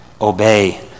Obey